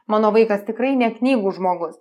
mano vaikas tikrai ne knygų žmogus